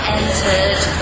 entered